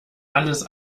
alles